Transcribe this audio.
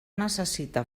necessite